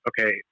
okay